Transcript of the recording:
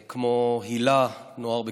כמו היל"ה, נוער בקידום,